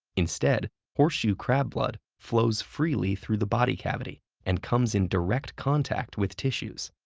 instead, horseshoe crab blood flows freely through the body cavity and comes in direct contact with tissues.